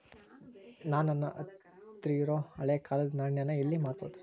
ನಾ ನನ್ನ ಹತ್ರಿರೊ ಹಳೆ ಕಾಲದ್ ನಾಣ್ಯ ನ ಎಲ್ಲಿ ಮಾರ್ಬೊದು?